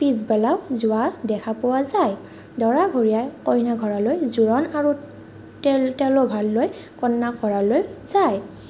পিছবেলাও যোৱা দেখা যায় দৰাঘৰীয়াই কইনা ঘৰলৈ জোৰোণ আৰু তেল তেলৰ ভাৰ লৈ কইনা ঘৰালৈ যায়